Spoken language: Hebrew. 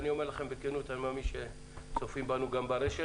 ואני אומר לכם בכנות, אני מאמין שצופים בנו ברשת